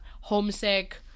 homesick